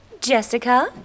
Jessica